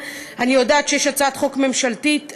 אני יודעת שיש הצעת חוק ממשלתית.